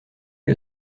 que